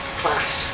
class